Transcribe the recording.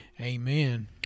amen